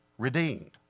redeemed